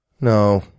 no